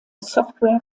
software